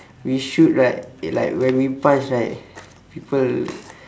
we should right like when we punch right people